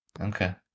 Okay